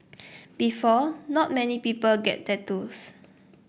before not many people get tattoos